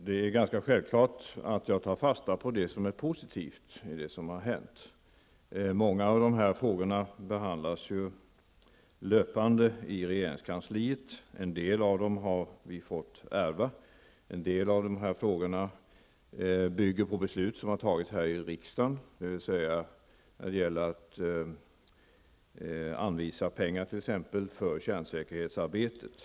Herr talman! Det är självklart att jag tar fasta på det som är positivt i det som tidigare har hänt. Många av dessa frågor behandlas ju löpande i regeringskansliet. En del av dem har vi fått ärva, och en del av dessa frågor bygger på beslut som har fattats här i riksdagen -- det gäller t.ex. anvisningen av pengar för kärnsäkerhetsarbetet.